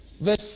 Verse